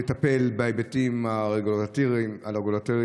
לטפל בהיבטים הרגולטוריים,